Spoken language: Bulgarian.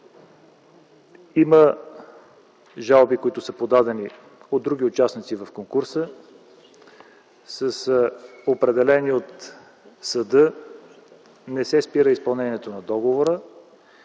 Има жалби, които са подадени от други участници в конкурса. С определение от съда не се спира изпълнението на договора.